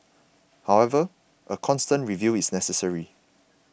however a constant review is necessary